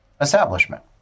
establishment